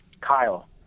Kyle